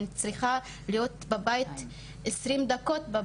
אני צריכה להיות בבית עשרים דקות.